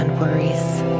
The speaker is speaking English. worries